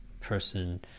person